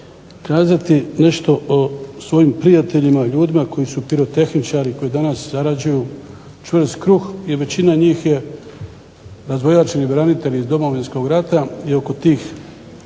reći nešto o svojim prijateljima, ljudima koji su pirotehničari koji danas zarađuju čvrst krug, većina njih je danas razvojačeni branitelji iz Domovinskog rata i oko tih